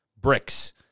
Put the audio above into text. Bricks